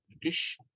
British